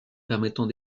permettant